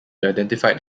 identified